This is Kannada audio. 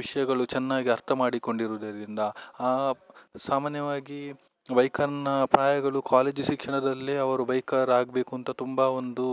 ವಿಷಯಗಳು ಚೆನ್ನಾಗಿ ಅರ್ಥಮಾಡಿಕೊಂಡಿರುವುದರಿಂದ ಸಾಮಾನ್ಯವಾಗಿ ಬೈಕರ್ನ ಪ್ರಾಯಗಳು ಕಾಲೇಜು ಶಿಕ್ಷಣದಲ್ಲೇ ಅವರು ಬೈಕರ್ ಆಗಬೇಕು ಅಂತ ತುಂಬ ಒಂದು